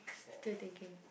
still thinking